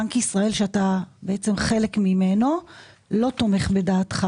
שבנק ישראל שאתה בעצם חלק ממנו לא תומך בדעתך